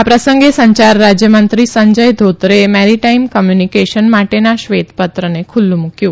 આ પ્રસંગે સંચાર રાજયમંત્રી સંજય ઘોત્રેએ મેરી ટાઈમ કમ્યુનિકેશન માટેના શ્વેતપત્રને ખુલ્લુ મુકયું